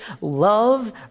love